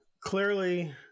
Clearly